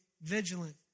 vigilant